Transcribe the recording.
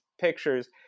pictures